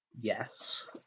Yes